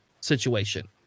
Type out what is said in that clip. situation